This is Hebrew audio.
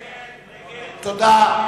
תודה.